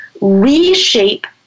reshape